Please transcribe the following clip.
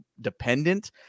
dependent